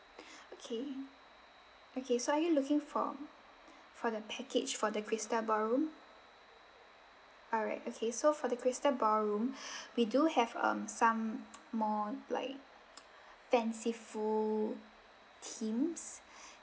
okay okay so are you looking for for the package for the crystal ballroom alright okay so for the crystal ballroom we do have um some more like fanciful themes